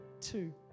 Two